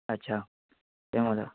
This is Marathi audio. अच्छा जमलं